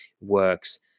Works